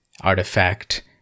artifact